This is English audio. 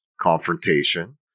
confrontation